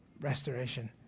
restoration